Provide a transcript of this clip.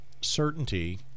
certainty